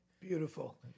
Beautiful